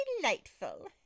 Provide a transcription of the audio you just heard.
delightful